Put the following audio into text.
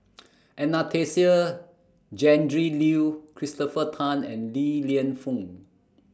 Anastasia Tjendri Liew Christopher Tan and Li Lienfung